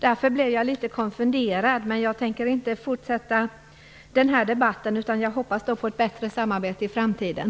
Därför blev jag litet konfunderad, men jag tänker inte fortsätta den här debatten utan hoppas på ett bättre samarbete i framtiden.